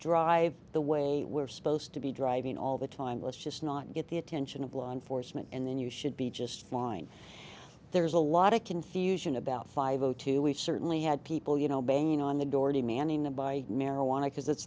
drive the way we're supposed to be driving all the time let's just not get the attention of law enforcement and then you should be just fine there's a lot of confusion about five o two we've certainly had people you know banging on the door demanding a buy marijuana because it's